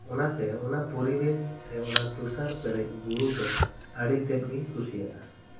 ᱚᱱᱟᱛᱮ ᱚᱱᱟ ᱯᱩᱨᱤᱵᱮᱥ ᱥᱮ ᱚᱱᱟ ᱛᱚᱥᱟᱨ ᱯᱮᱨᱮᱡ ᱵᱩᱨᱩ ᱛᱮᱫ ᱫᱚ ᱟᱹᱰᱤ ᱛᱮᱫ ᱜᱮᱧ ᱠᱩᱥᱤᱭᱟᱜᱼᱟ